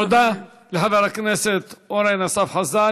תודה לחבר הכנסת אורן אסף חזן.